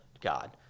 God